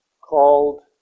called